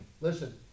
Listen